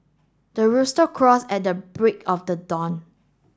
the rooster crows at the break of the dawn